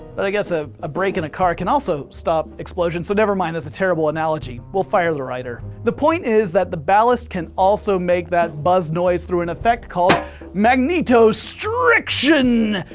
but i guess ah a brake in a car can also stop explosions, so nevermind. that's a terrible analogy. we'll fire the writer. the point is that the ballast can also make that buzz noise through an effect called magnetostriction.